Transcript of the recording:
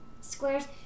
squares